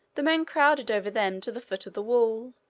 the men crowded over them to the foot of the wall.